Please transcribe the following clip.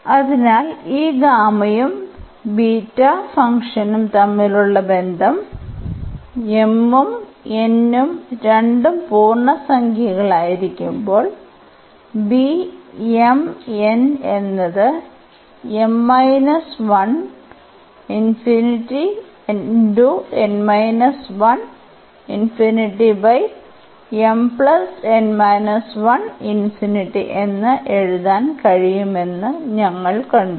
അതിനാൽ ഈ ഗാമയും ബീറ്റ ഫംഗ്ഷനും തമ്മിലുള്ള ബന്ധം m ഉം n ഉം രണ്ടും പൂർണ്ണസംഖ്യകളായിരിക്കുമ്പോൾ എന്നത് എന്ന് എഴുതാൻ കഴിയുമെന്ന് ഞങ്ങൾ കണ്ടു